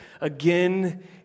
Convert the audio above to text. again